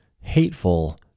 hateful